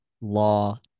law